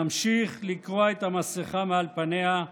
נמשיך לקרוע את המסכה מעל פניה,